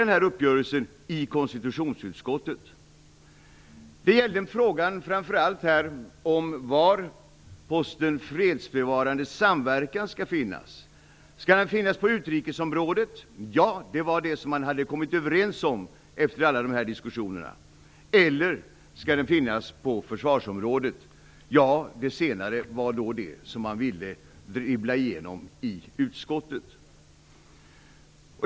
Det gäller framför allt frågan om var posten fredsbevarande samverkan skall finnas. Skall den finnas på utrikesområdet, vilket var vad man hade kommit överens om efter alla diskussioner, eller skall den finnas på försvarsområdet? Det senare var det som man ville dribbla igenom i utskottet.